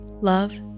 love